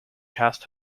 cast